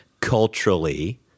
culturally